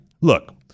look